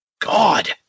God